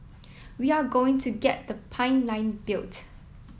we are going to get the pipeline built